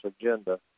agenda